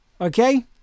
Okay